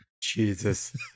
Jesus